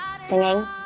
Singing